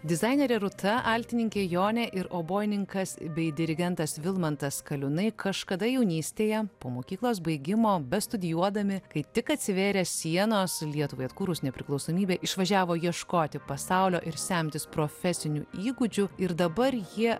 dizainerė rūta altininkė jonė ir obojininkas bei dirigentas vilmantas kaliunai kažkada jaunystėje po mokyklos baigimo bestudijuodami kai tik atsivėrė sienos lietuvai atkūrus nepriklausomybę išvažiavo ieškoti pasaulio ir semtis profesinių įgūdžių ir dabar jie